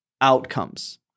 outcomes